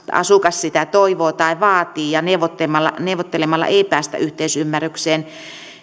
asukas sitä toivoo tai vaatii ja neuvottelemalla neuvottelemalla ei päästä yhteisymmärrykseen